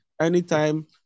anytime